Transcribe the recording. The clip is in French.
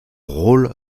rôle